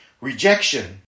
rejection